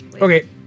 Okay